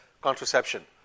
contraception